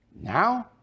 Now